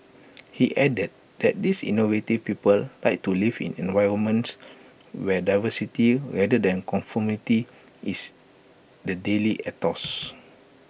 he added that these innovative people like to live in environments where diversity rather than conformity is the daily ethos